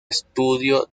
estudio